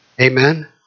Amen